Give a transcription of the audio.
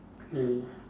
ya ya